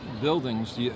buildings